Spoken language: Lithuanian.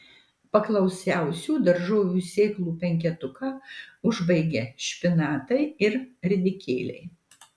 paklausiausių daržovių sėklų penketuką užbaigia špinatai ir ridikėliai